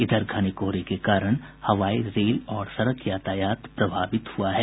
इधर घने कोहरे के कारण हवाई रेल और सड़क यातायात पर प्रभावित हआ है